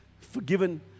forgiven